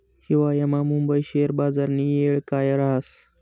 हिवायामा मुंबई शेयर बजारनी येळ काय राहस